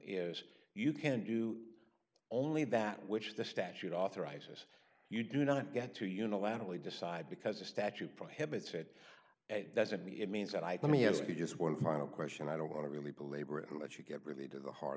is you can do only that which the statute authorizes you do not get to unilaterally decide because the statute prohibits it it doesn't mean it means that i'd let me ask you just one final question i don't want to really belabor it and let you get really to the heart